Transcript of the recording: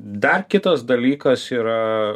dar kitas dalykas yra